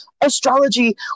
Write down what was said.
astrology